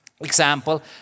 example